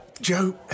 Joe